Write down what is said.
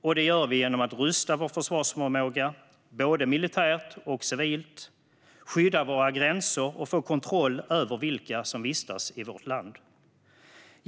Detta gör vi genom att rusta vår försvarsförmåga, både militärt och civilt, och genom att skydda våra gränser och få kontroll över vilka som vistas i vårt land.